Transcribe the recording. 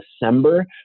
December